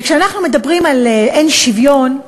כשאנחנו מדברים על אין שוויון,